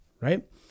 right